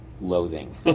Loathing